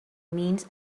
means